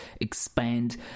expand